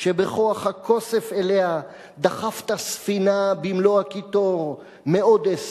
שבכוח הכוסף אליה דחפת ספינה במלוא הקיטור:/ מאודס,